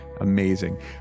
Amazing